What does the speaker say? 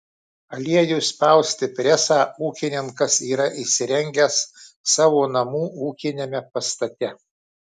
aliejui spausti presą ūkininkas yra įsirengęs savo namų ūkiniame pastate